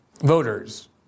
voters